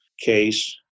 case